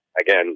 again